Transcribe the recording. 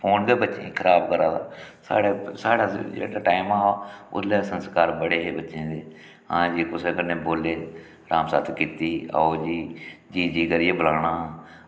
phone गै बच्चें गी खराब करा दा साढ़े साढ़ा जेह्ड़ा टैम हा उसलै संस्कार बड़े हे बच्चें दे हां जी कुसै कन्नै बोले रामसत्त कीती आओ जी जी जी करियै बलाना